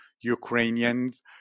ukrainians